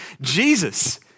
Jesus